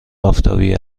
آفتابی